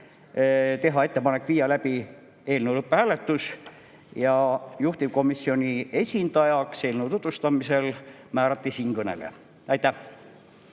teha ettepanek viia läbi eelnõu lõpphääletus ja määrata juhtivkomisjoni esindajaks eelnõu tutvustamisel siinkõneleja. Aitäh!